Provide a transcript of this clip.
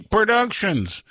Productions